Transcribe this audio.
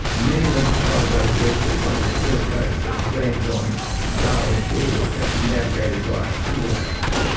many of them took by boat directly one of the first boats that landed on darwin shores, actually navigated by a school atlas.